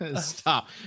stop